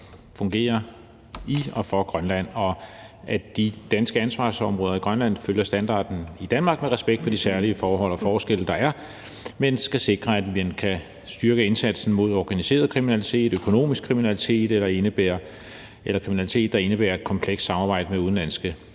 fungere i og for Grønland, og at de danske ansvarsområder i Grønland følger standarden i Danmark med respekt for de særlige forhold og forskelle, der er, og det skal sikre, at man kan styrke indsatsen mod organiseret kriminalitet, økonomisk kriminalitet eller kriminalitet, der indebærer et komplekst samarbejde med udenlandske